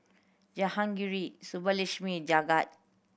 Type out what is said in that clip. Jahangir Subbulakshmi Jagat